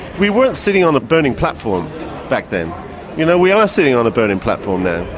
we weren't sitting on a burning platform back then you know we are sitting on a burning platform now.